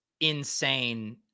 insane